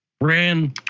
ran